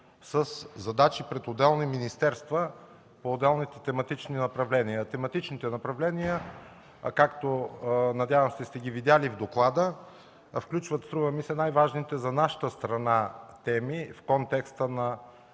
със задачи пред различни министерства по отделните тематични направления. А тематичните направления, както, надявам се, сте ги видели в доклада, включват най-важните за нашата страна теми в контекста на